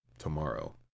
tomorrow